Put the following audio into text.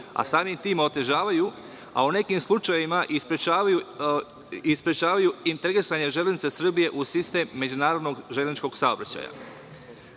a samim tim otežavaju, a u nekim slučajevima i sprečavaju, integrisanje „Železnice Srbije“ u sistem međunarodnog železničkog saobraćaja. Zbog